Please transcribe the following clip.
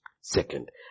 Second